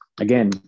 again